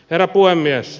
herra puhemies